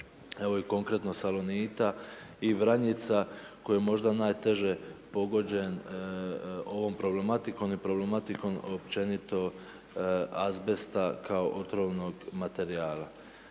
evo i konkretno Salonita i Vranjica, koji je možda najteže pogođen ovom problematikom i problematikom općenito azbesta kao otrovnog materijala.